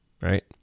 Right